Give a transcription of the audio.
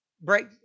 break